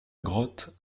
grotte